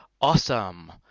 awesome